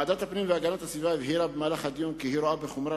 ועדת הפנים והגנת הסביבה הבהירה במהלך הדיון כי היא רואה בחומרה